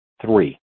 three